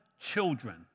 children